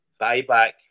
buyback